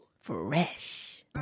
Fresh